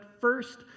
first